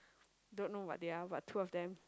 don't know what they are but two of them